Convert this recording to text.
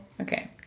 Okay